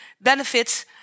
benefits